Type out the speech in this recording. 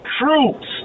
troops